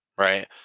Right